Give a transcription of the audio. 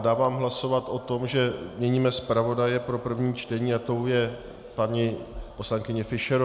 Dávám hlasovat o tom, že měníme zpravodaje pro první čtení, a to je paní poslankyně Fischerová.